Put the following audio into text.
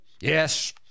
yes